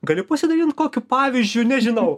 gali pasidalint kokiu pavyzdžiu nežinau